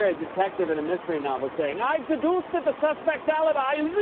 ah detective in a mystery novel saying, i've deduced that the suspect's alibi is, um,